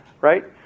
Right